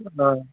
हँ